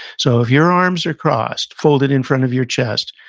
so, if your arms are crossed, folded in front of your chest,